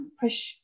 push